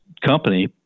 company